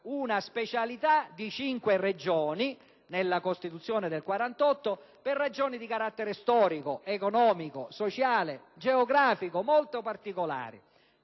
una specialità di cinque Regioni, nella Costituzione del 1948, per ragioni di carattere storico, economico, sociale e geografico molto particolari.